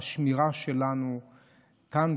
השמירה שלנו כאן,